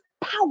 power